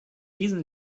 diesen